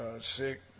sick